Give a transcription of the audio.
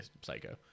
psycho